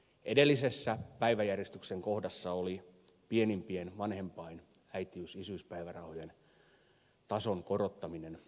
edellisessä päiväjärjestyksen kohdassa oli pienimpien vanhempain äitiys isyyspäivärahojen tason korottaminen